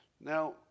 Now